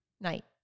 night